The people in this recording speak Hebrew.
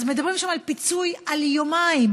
אז מדברים שם על פיצוי על יומיים,